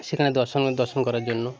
সেখানে দর্শ দর্শন করার জন্য